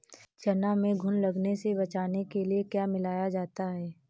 चना में घुन लगने से बचाने के लिए क्या मिलाया जाता है?